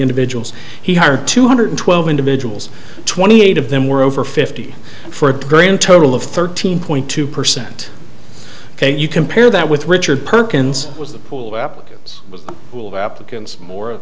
individuals he hired two hundred twelve individuals twenty eight of them were over fifty for a total of thirteen point two percent ok you compare that with richard perkins was the pool applicants will applicants more